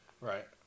Right